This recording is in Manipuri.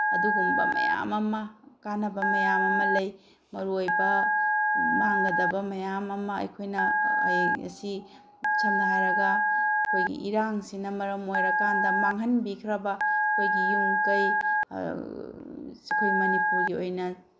ꯑꯗꯨꯒꯨꯝꯕ ꯃꯌꯥꯝ ꯑꯃ ꯀꯥꯟꯅꯕ ꯃꯌꯥ ꯑꯃ ꯂꯩ ꯃꯔꯨꯑꯣꯏꯕ ꯃꯥꯡꯒꯗꯕ ꯃꯌꯥꯝ ꯑꯃ ꯑꯩꯈꯣꯏꯅ ꯑꯁꯤ ꯁꯝꯅ ꯍꯥꯏꯔꯒ ꯑꯩꯈꯣꯏ ꯏꯔꯥꯡꯁꯤꯅ ꯃꯔꯝ ꯑꯣꯏꯔꯀꯥꯟꯗ ꯃꯥꯡꯍꯟꯕꯤꯈ꯭ꯔꯕ ꯑꯩꯈꯣꯏꯒꯤ ꯌꯨꯝ ꯀꯩ ꯑꯩꯈꯣꯏ ꯃꯅꯤꯄꯨꯔꯒꯤ ꯑꯣꯏꯅ